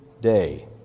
day